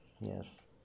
Yes